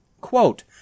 Quote